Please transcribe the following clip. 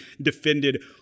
defended